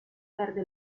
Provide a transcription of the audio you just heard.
perde